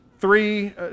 Three